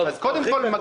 אז קודם כול,